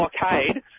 blockade